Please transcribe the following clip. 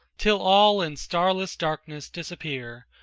till all in starless darkness disappear,